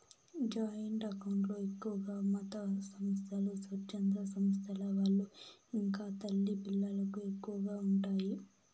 joint account లో ఎక్కువగా మతసంస్థలు, స్వచ్ఛంద సంస్థల వాళ్ళు ఇంకా తల్లి పిల్లలకు ఎక్కువగా ఉంటాయి